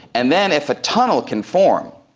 and then if a tunnel can form,